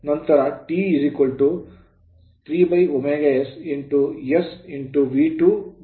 ನಂತರ T 3ωs s V2r2 ಇದು ಸಮೀಕರಣ 41